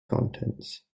contents